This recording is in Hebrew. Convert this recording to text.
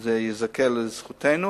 וזה ייזקף לזכותנו.